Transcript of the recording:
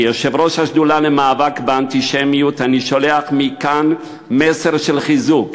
כיושב-ראש השדולה למאבק באנטישמיות אני שולח מכאן מסר של חיזוק